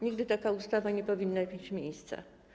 Nigdy taka ustawa nie powinna mieć miejsca.